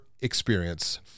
experience